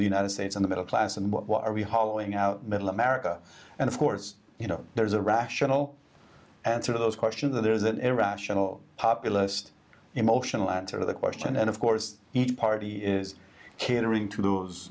the united states in the middle class and what what are we hollowing out middle america and of course you know there's a rational answer those questions that there's an irrational populist emotional answer the question and of course each party is catering to those